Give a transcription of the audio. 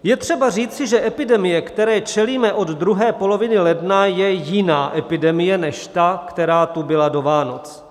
Je třeba říci, že epidemie, které čelíme od druhé polovina ledna, je jiná epidemie než ta, která tu byla do Vánoc.